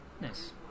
nice